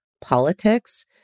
politics